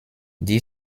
die